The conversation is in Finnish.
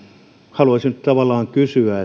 haluaisin tavallaan kysyä